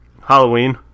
Halloween